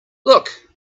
look